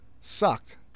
Sucked